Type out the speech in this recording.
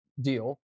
deal